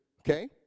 Okay